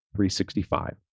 365